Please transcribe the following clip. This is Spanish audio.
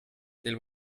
del